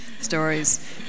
stories